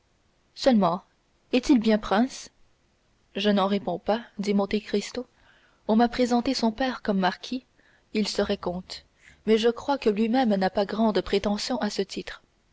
seulement est-il bien prince je n'en réponds pas dit monte cristo on m'a présenté son père comme marquis il serait comte mais je crois que lui-même n'a pas grande prétention à ce titre